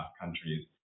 countries